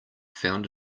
found